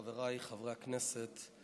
חבריי חברי הכנסת,